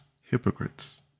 hypocrites